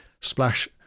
splash